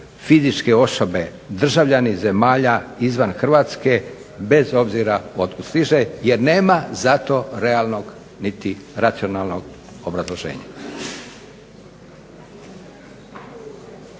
fizičke osobe, državljani zemalja izvan Hrvatske, bez obzira otkud stiže jer nema zato realnog niti racionalnog obrazloženja.